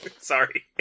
Sorry